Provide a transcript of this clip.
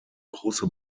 große